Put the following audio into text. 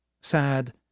Sad